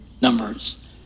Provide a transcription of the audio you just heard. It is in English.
numbers